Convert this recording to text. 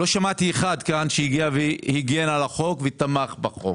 לא שמעתי כאן אחד שבא והגן על החוק ותמך בו.